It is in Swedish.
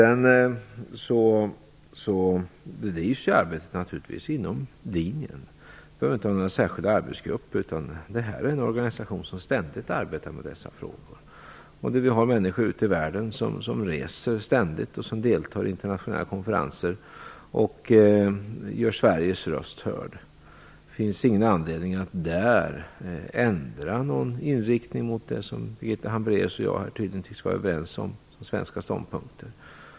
Arbetet bedrivs naturligtvis inom linjen. Vi behöver inte ha några särskilda arbetsgrupper; det här är en organisation som ständigt arbetar med dessa frågor. Vi har ständigt människor ute i världen, människor som deltar i internationella konferenser och gör Sveriges röst hörd. Det finns ingen anledning att ändra inriktningen av det som Birgitta Hambraeus och jag tydligen är överens om som svenska ståndpunkter.